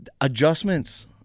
Adjustments